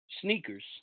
sneakers